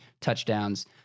touchdowns